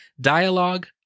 dialogue